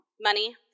money